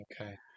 okay